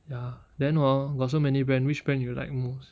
ya then hor got so many brand which you like most